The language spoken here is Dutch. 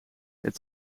het